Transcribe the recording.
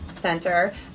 center